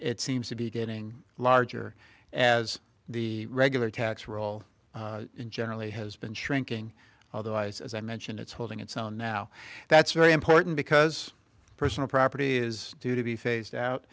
it seems to be getting larger as the regular tax roll generally has been shrinking otherwise as i mentioned it's holding its own now that's very important because personal property is due to be phased out